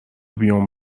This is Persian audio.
بیوم